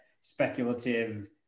speculative